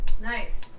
Nice